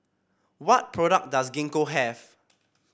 what product does Gingko have